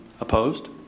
Opposed